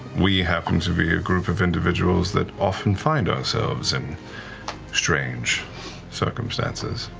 we happen to be a group of individuals that often find ourselves in strange circumstances.